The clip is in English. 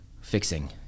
fixing